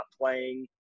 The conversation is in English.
playing